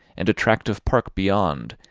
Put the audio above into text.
and a tract of park beyond,